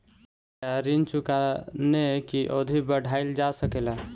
क्या ऋण चुकाने की अवधि बढ़ाईल जा सकेला?